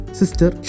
sister